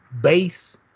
base